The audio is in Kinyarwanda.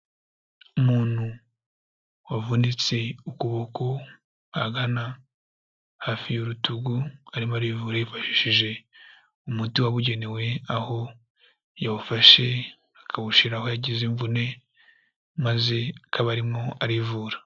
Umuntu wavunitse ukuboko ahagana hafi y'urutugu arimo arivura yifashishije umuti wabugenewe, aho yawufashe akawushyira aho yagize imvune maze akaba arimo arivura.